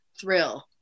thrill